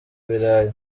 ibirayi